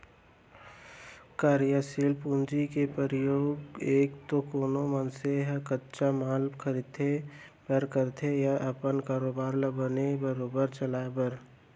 कारयसील पूंजी के परयोग एक तो कोनो मनसे ह कच्चा माल खरीदें बर करथे या अपन कारोबार ल बने बरोबर चलाय बर